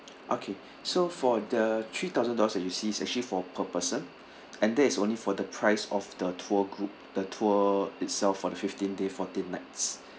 okay so for the three thousand dollars that you see is actually for per person and that is only for the price of the tour group the tour itself for the fifteen day fourteen nights